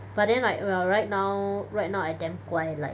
but then like well right now right now I damn 乖 like